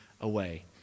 away